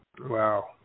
Wow